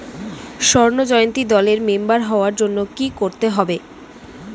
স্বর্ণ জয়ন্তী দলের মেম্বার হওয়ার জন্য কি করতে হবে?